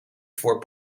voor